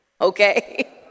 Okay